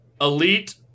Elite